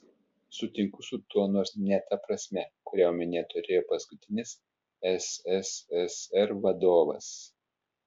sutinku su tuo nors ne ta prasme kurią omenyje turėjo paskutinis sssr vadovas